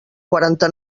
quaranta